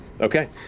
Okay